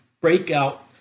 breakout